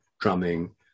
drumming